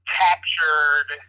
captured